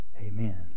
Amen